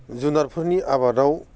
जुनारफोरनि आबादाव